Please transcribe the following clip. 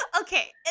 Okay